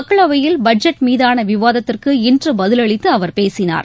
மக்களவையில் பட்ஜெட் மீதான விவாதத்திற்கு இன்று பதிலளித்து அவர் பேசினார்